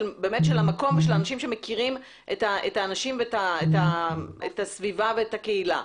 המקום ושל האנשים שמכירים את האנשים ואת הסביבה ואת הקהילה.